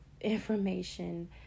information